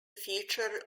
feature